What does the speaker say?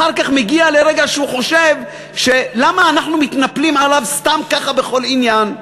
אחר כך מגיע לרגע שהוא חושב למה אנחנו מתנפלים עליו סתם ככה בכל עניין.